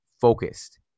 focused